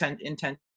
intent